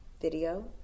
video